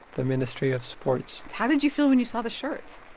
the ministry of sports how did you feel when you saw the shirts?